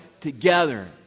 together